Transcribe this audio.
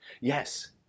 Yes